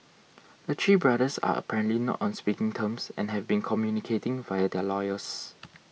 the Chee brothers are apparently not on speaking terms and have been communicating via their lawyers